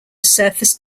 surface